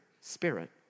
Spirit